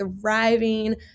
thriving